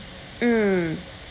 mm